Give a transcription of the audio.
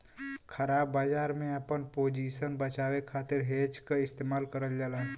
ख़राब बाजार में आपन पोजीशन बचावे खातिर हेज क इस्तेमाल करल जाला